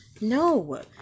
no